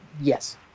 yes